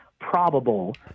probable